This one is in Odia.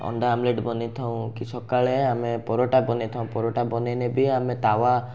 ଅଣ୍ଡା ଆମ୍ଲେଟ୍ ବନେଇଥାଉ କି ସକାଳେ ଆମେ ପରଟା ବନେଇଥାଉ ପରଟା ବନେଇଲେ ବି ଆମେ ତାୱା